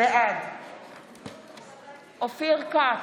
בעד אופיר כץ,